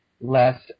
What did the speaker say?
less